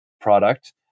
product